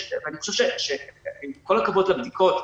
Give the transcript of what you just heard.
אני חושב שעם כל הכבוד לבדיקות,